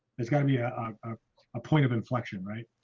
it's gotta be a ah ah point of inflection, right?